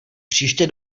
příště